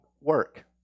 work